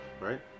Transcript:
Right